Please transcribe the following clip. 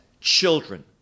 children